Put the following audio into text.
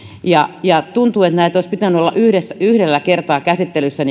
tuntuu että näitten olisi pitänyt olla yhdessä yhdellä kertaa käsittelyssä